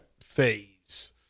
phase